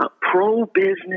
pro-business